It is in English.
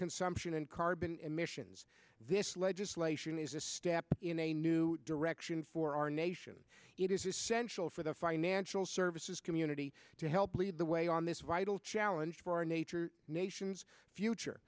consumption and carbon emissions this legislation is a step in a new direction for our nation it is essential for the financial services community to help lead the way on this reidel challenge for nature nation's future